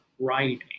writing